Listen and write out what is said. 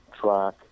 track